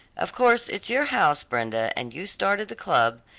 of course it's your house, brenda, and you started the club,